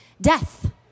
Death